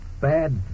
bad